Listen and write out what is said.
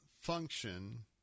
function